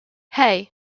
hey